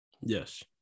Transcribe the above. Yes